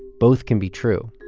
both can be true.